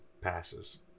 passes